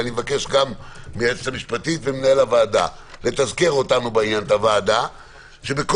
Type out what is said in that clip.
ואני מבקש גם מהיועצת המשפטית ומנהל הוועדה לתזכר את הוועדה בעניין,